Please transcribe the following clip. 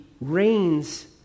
reigns